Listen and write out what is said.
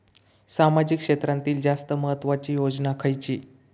सामाजिक क्षेत्रांतील जास्त महत्त्वाची योजना खयची?